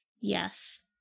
Yes